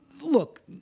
look